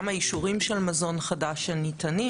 גם האישורים של מזון חדש שניתנים.